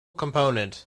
component